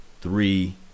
three